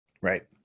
Right